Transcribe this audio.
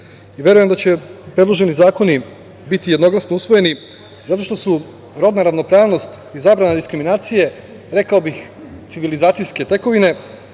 Atlagić. Verujem da će predloženi zakoni biti jednoglasni usvojeni zato što su rodna ravnopravnost i zabrana diskriminacije, rekao bih, civilizacijske tekovine,